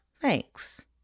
Thanks